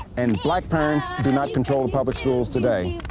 and black parents do not control the public schools today.